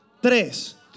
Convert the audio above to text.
Tres